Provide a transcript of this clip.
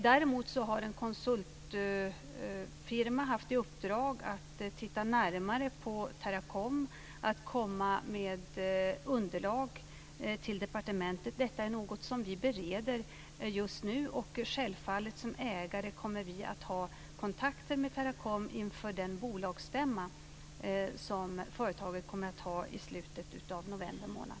Däremot har en konsultfirma haft i uppdrag att titta närmare på Teracom, att komma med underlag till departementet. Detta är något som vi bereder just nu, och självfallet som ägare kommer vi att ha kontakter med Teracom inför den bolagsstämma som företaget kommer att ha i slutet av november månad.